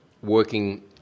working